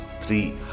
three